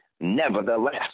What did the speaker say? nevertheless